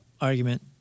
argument